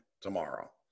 tomorrow